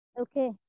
Okay